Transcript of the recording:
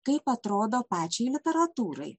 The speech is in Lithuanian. kaip atrodo pačiai literatūrai